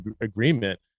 agreement